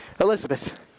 Elizabeth